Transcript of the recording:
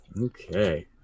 Okay